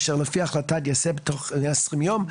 אשר לפי ההחלטה ייעשה בתוך 120 יום.